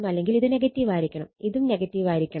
അല്ലെങ്കിൽ ഇത് നെഗറ്റീവായിരിക്കണം ഇതും നെഗറ്റീവായിരിക്കണം